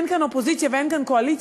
אין כאן אופוזיציה ואין כאן קואליציה,